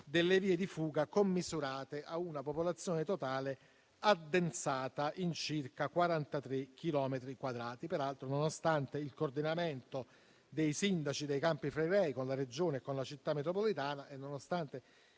delle vie di fuga commisurate a una popolazione totale addensata in circa 43 chilometri quadrati. Peraltro, nonostante il coordinamento dei sindaci dei Campi Flegrei con la Regione e con la Città metropolitana e nonostante